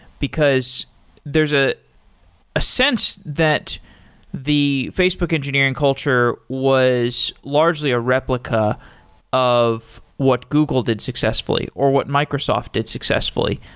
because there's ah a sense that the facebook engineering culture was largely a replica of what google did successfully, or what microsoft did successfully.